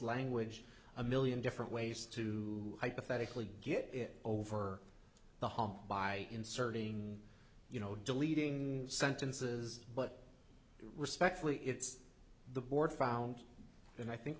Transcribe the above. language a million different ways to hypothetically get over the hump by inserting you know deleting sentences but respectfully it's the board found and i think